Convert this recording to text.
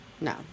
No